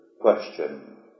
question